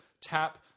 tap